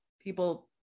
people